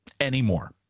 anymore